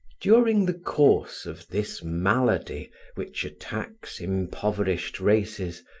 during the course of this malady which attacks impoverished races,